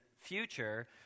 future